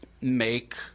make